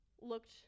looked